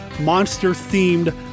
monster-themed